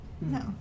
No